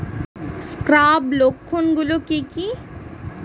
Scab লক্ষণ গুলো কি কি?